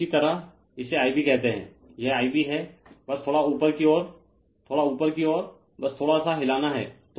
इसी तरह इसे Ib कहते हैं यह Ib है बस थोड़ा ऊपर की ओर थोड़ा ऊपर की ओर बस थोड़ा सा हिलाना हैं